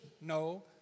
no